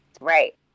Right